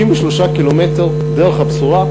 63 קילומטר, דרך-הבשורה,